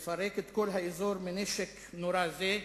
לפרק את כל האזור מנשק נורא זה,